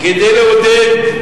כדי לעודד,